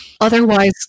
Otherwise